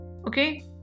okay